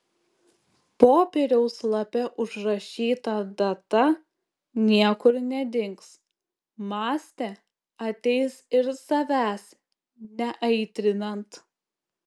popieriaus lape užrašyta data niekur nedings mąstė ateis ir savęs neaitrinant